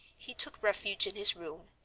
he took refuge in his room,